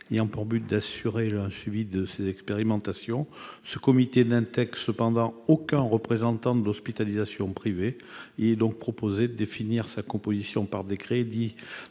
ayant pour but d'assurer un suivi des expérimentations. Ce comité n'intègre cependant aucun représentant de l'hospitalisation privée. Il est donc proposé de définir sa composition par décret et